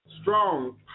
strong